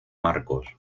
marcos